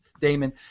Damon